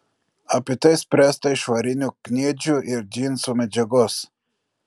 apie tai spręsta iš varinių kniedžių ir džinsų medžiagos